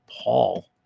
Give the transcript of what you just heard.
Paul